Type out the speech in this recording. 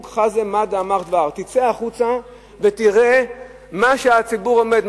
תצא החוצה ותראה מה שהציבור עומד,